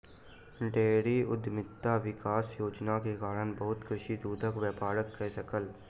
dairy उद्यमिता विकास योजना के कारण बहुत कृषक दूधक व्यापार कय सकल